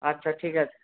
আচ্ছা ঠিক আছে